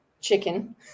chicken